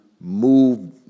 move